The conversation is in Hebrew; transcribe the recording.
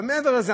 אבל מעבר לזה,